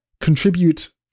contribute